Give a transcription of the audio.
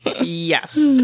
Yes